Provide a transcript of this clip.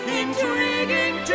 intriguing